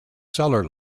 seller